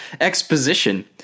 Exposition